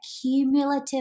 cumulative